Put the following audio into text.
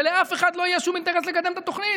ולאף אחד לא יהיה שום אינטרס לקדם את התוכנית,